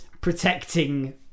protecting